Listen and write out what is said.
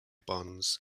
bonds